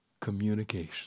communication